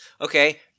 Okay